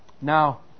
Now